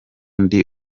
ndi